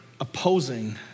opposing